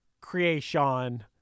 creation